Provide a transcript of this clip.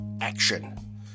action